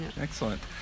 excellent